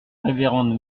révérende